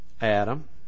Adam